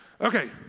Okay